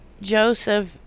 Joseph